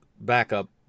backup